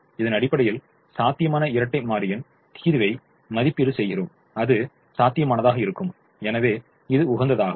இதன் அடிப்படையில் சாத்தியமான இரட்டை மாறியின் தீர்வை மதிப்பீடு செய்கிறோம் அது சாத்தியமானதாக இருக்கும் எனவே இது உகந்ததாகும்